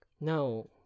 No